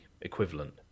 equivalent